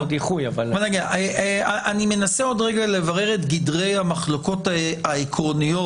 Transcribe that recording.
אני מנסה לברר את גדרי המחלוקות העקרוניות,